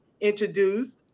introduce